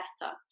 better